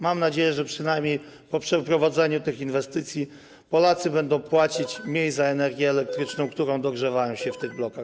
Mam nadzieję, że przynajmniej po przeprowadzeniu tych inwestycji Polacy będą płacić mniej za energię elektryczną, którą dogrzewają się w tych blokach.